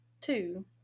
two